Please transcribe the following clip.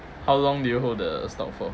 how long do you hold the stock for